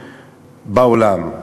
בעולם,